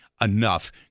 enough